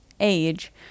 age